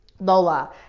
lola